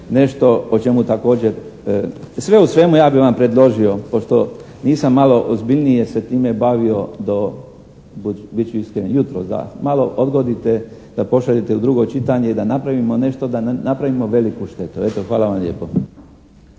nešto o čemu također. Sve u svemu, ja bi vam predložio pošto nisam malo ozbiljnije se time bavio do, bit ću iskren, jutros da malo odgodite, da pošaljete u drugo čitanje da napravimo nešto, da ne napravimo veliku štetu. Hvala vam lijepo.